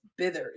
Bithers